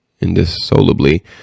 indissolubly